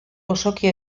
osoki